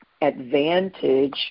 advantage